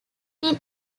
been